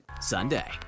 Sunday